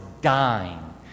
dying